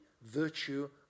virtue